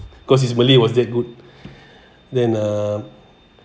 cause his malay was that good then uh